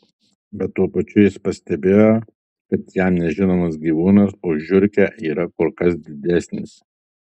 bet tuo pačiu jis pastebėjo kad jam nežinomas gyvūnas už žiurkę yra kur kas didesnis